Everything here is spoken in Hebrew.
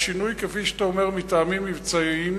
שינוי כפי שאתה אומר, מטעמים מבצעיים,